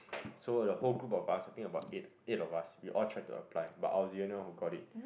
so the whole group of us I think about eight eight of us we all try to apply but I was the only one who got it